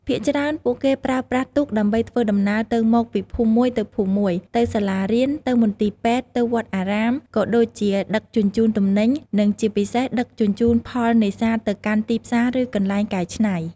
ភាគច្រើនពួកគេប្រើប្រាស់ទូកដើម្បីធ្វើដំណើរទៅមកពីភូមិមួយទៅភូមិមួយ ទៅសាលារៀន ទៅមន្ទីរពេទ្យ ទៅវត្តអារាម ក៏ដូចជាដឹកជញ្ជូនទំនិញ និងជាពិសេសដឹកជញ្ជូនផលនេសាទទៅកាន់ទីផ្សារ ឬកន្លែងកែច្នៃ។